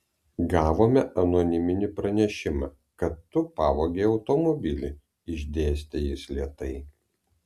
gavome anoniminį pranešimą kad tu pavogei automobilį išdėstė jis lėtai